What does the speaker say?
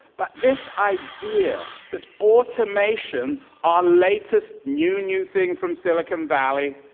but this idea that automation our latest, new new thing from silicon valley